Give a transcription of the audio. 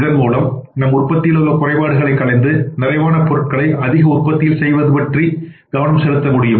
இதன் மூலம் நம் உற்பத்தியில் உள்ள குறைபாடுகளை களைந்து நிறைவான பொருட்களை அதிக உற்பத்தியில் செய்வது என்பது பற்றி கவனம் செலுத்த முடியும்